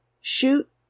shoot